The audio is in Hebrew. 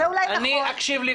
אני אקשיב.